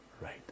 right